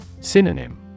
Synonym